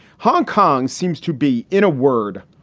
hong kong seems to be, in a word,